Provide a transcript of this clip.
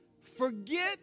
Forget